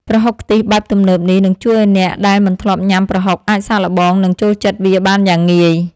ប្រហុកខ្ទិះបែបទំនើបនេះនឹងជួយឱ្យអ្នកដែលមិនធ្លាប់ញ៉ាំប្រហុកអាចសាកល្បងនិងចូលចិត្តវាបានយ៉ាងងាយ។